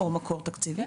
או מקור תקציבי.